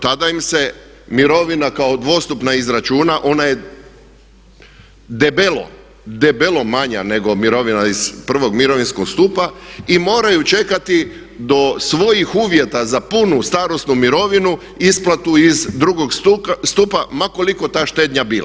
Tada im se mirovina kao dvostupna izračuna, ona je debelo, debelo manja nego mirovina iz prvog mirovinskog stupa i moraju čekati do svojih uvjeta za punu starosnu mirovinu isplatu iz drugog stupa ma koliko ta štednja bila.